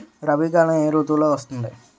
రబీ కాలం ఏ ఋతువులో వస్తుంది?